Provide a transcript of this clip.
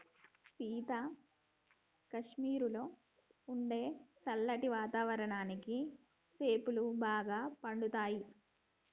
సీత కాశ్మీరులో ఉండే సల్లటి వాతావరణానికి సేపులు బాగా పండుతాయి